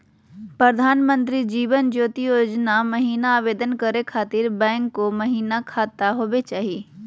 प्रधानमंत्री जीवन ज्योति योजना महिना आवेदन करै खातिर बैंको महिना खाता होवे चाही?